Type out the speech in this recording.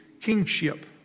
kingship